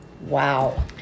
Wow